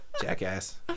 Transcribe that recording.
jackass